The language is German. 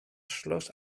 schloss